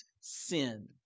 sin